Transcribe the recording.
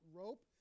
rope